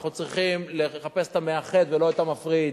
אנחנו צריכים לחפש את המאחד ולא את המפריד.